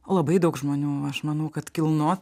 labai daug žmonių aš manau kad kilnot